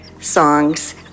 songs